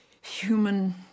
human